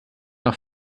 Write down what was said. auch